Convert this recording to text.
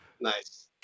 Nice